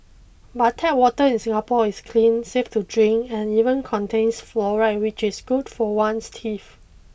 but tap water in Singapore is clean safe to drink and even contains fluoride which is good for one's teeth